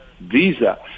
visa